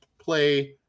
play